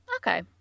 Okay